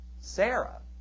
Sarah